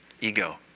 Ego